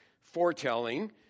foretelling